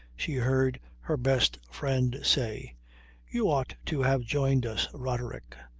she heard her best friend say you ought to have joined us, roderick.